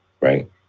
Right